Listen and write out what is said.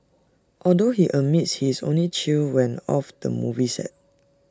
although he admits he is only chill when off the movie set